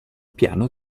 piano